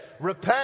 Repent